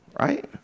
Right